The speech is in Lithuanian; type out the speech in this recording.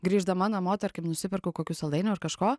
grįždama namo tarkim nusiperku kokių saldainių ar kažko